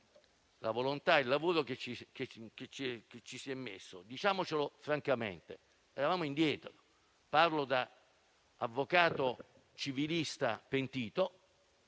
la volontà e l'impegno che ci ha messo. Diciamocelo francamente: eravamo indietro. Parlo da avvocato civilista, pentito